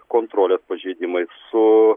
kontrolės pažeidimais su